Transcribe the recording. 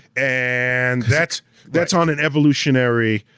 and that's that's on an evolutionary,